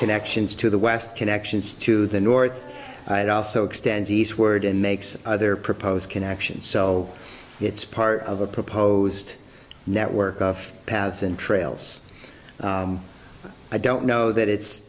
connections to the west connections to the north and also extends eastward and makes other proposed connections so it's part of a proposed network of paths and trails and i don't know that it's